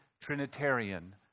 Trinitarian